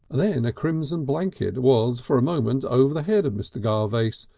then a crimson blanket was for a moment over the head of mr. garvace,